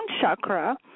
chakra